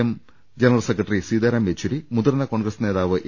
M general secretary Sitaram Yechury മുതിർന്ന കോൺഗ്രസ് നേതാവ് A